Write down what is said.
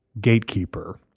gatekeeper